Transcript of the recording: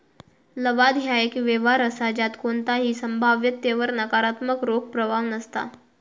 लवाद ह्या एक व्यवहार असा ज्यात कोणताही संभाव्यतेवर नकारात्मक रोख प्रवाह नसता